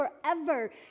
forever